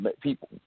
People